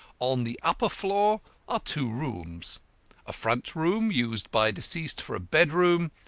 on the upper floor are two rooms a front room used by deceased for a bedroom,